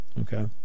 Okay